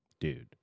dude